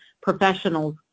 professionals